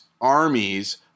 armies